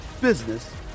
business